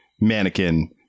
mannequin